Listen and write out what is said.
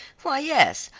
why, yes,